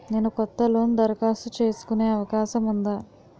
నేను కొత్త లోన్ దరఖాస్తు చేసుకునే అవకాశం ఉందా?